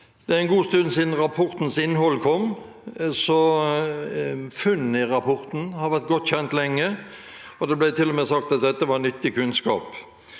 det er en god stund siden rapportens innhold kom. Funnene i rapporten har vært godt kjent lenge, og det ble til og med sagt at dette var nyttig kunnskap.